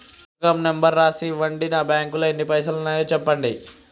పుస్తకం నెంబరు రాసి ఇవ్వండి? నా బ్యాంకు లో ఎన్ని పైసలు ఉన్నాయో చెప్పండి?